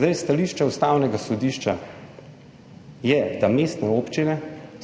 Stališče Ustavnega sodišča je, da mestne občine